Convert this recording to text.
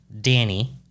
Danny